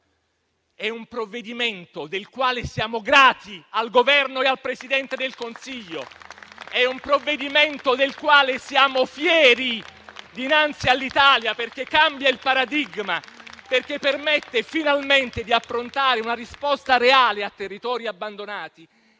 è un provvedimento del quale siamo grati al Governo e al Presidente del Consiglio. È un provvedimento del quale siamo fieri dinanzi all'Italia perché cambia il paradigma, permettendo finalmente di approntare una risposta reale a territori abbandonati